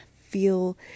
feel